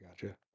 gotcha